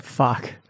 Fuck